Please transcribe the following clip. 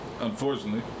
unfortunately